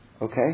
Okay